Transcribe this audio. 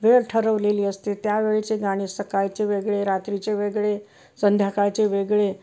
वेळ ठरवलेली असते त्यावेळीचे गाणे सकाळचे वेगळे रात्रीचे वेगळे संध्याकाळचे वेगळे